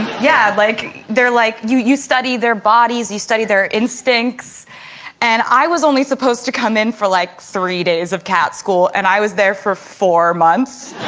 yeah, like they're like you you study their bodies you study their instincts and i was only supposed to come in for like three days of cat school and i was there for four months